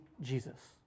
Jesus